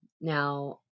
Now